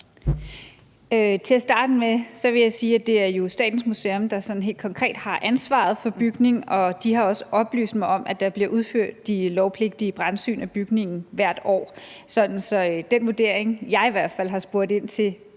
Til at starte med vil jeg sige, at det jo er Statens Museum for Kunst, der helt konkret har ansvaret for bygningen, og de har også oplyst mig om, at der bliver udført de lovpligtige brandsyn af bygningen hvert år. Så den vurdering, jeg i hvert fald har spurgt ind til